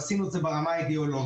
עשינו את זה ברמה האידיאולוגית.